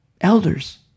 Elders